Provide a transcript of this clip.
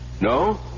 No